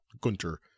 Gunter